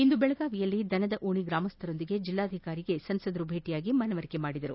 ಇಂದು ಬೆಳಗಾವಿಯಲ್ಲಿ ದನದ ಓಣಿಯ ಗ್ರಾಮಸ್ವರೊಂದಿಗೆ ಜಿಲ್ಲಾಧಿಕಾರಿಗಳಿಗೆ ಸಂಸದರು ಭೇಟಿಯಾಗಿ ಮನವರಿಕೆ ಮಾಡಿದರು